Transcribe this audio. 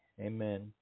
Amen